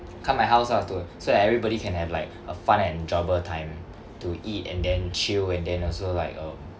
come my house lah to so that everybody can have like a fun and enjoyable time to eat and then chill and then also like um